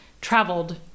traveled